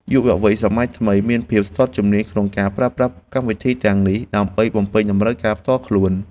យុវវ័យសម័យថ្មីមានភាពស្ទាត់ជំនាញក្នុងការប្រើប្រាស់កម្មវិធីទាំងនេះដើម្បីបំពេញតម្រូវការផ្ទាល់ខ្លួន។